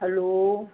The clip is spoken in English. hello